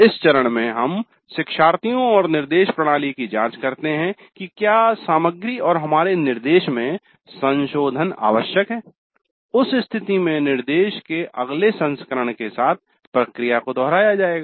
इस चरण में हम शिक्षार्थियों और निर्देश प्रणाली की जांच करते हैं कि क्या सामग्री और हमारे निर्देश में संशोधन आवश्यक है उस स्थिति में निर्देश के अगले संस्करण के साथ प्रक्रिया को दोहराया जाएगा